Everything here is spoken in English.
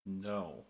No